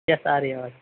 یس آ رہی ہے آواز